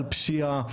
על פשיעה,